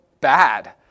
bad